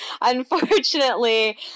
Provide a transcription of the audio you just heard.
Unfortunately